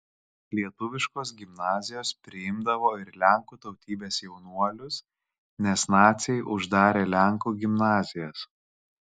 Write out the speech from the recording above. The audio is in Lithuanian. lietuviškos gimnazijos priimdavo ir lenkų tautybės jaunuolius nes naciai uždarė lenkų gimnazijas